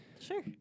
Sure